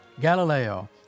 Galileo